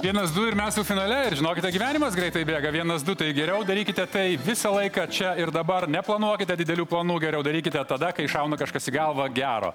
vienas du ir mes jau finale ir žinokite gyvenimas greitai bėga vienas du tai geriau darykite tai visą laiką čia ir dabar neplanuokite didelių planų geriau darykite tada kai šauna kažkas į galvą gero